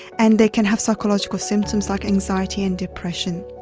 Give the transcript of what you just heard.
and they can have psychological symptoms like anxiety and depression.